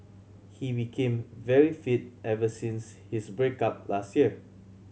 he became very fit ever since his break up last year